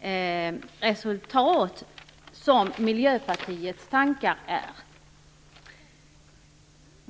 ett resultat som överensstämmer med Miljöpartiets tankar.